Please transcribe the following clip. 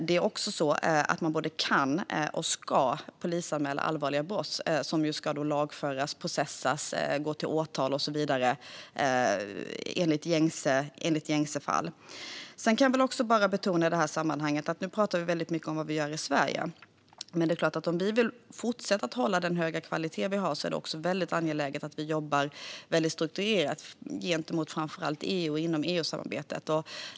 Det är också så att man både kan och ska polisanmäla allvarliga brott, som då ska lagföras, processas, gå till åtal och så vidare enligt gängse regler. Nu talar vi mycket om vad vi gör i Sverige. Men i sammanhanget vill jag betona att om vi vill fortsätta att hålla den höga kvalitet vi har är det angeläget att vi jobbar strukturerat gentemot EU och inom EU-samarbetet.